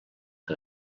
que